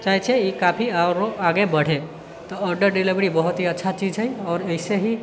चाहैत छियै ई काफी आओरो आगे बढ़े तऽ ऑर्डर डीलिवरी बहुत ही अच्छा चीज छै आओर ऐसे ही